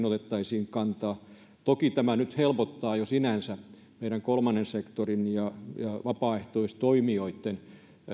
otettaisiin kantaa toki tämä nyt helpottaa jo sinänsä meidän kolmannen sektorin ja vapaaehtoistoimijoitten